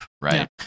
right